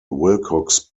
wilcox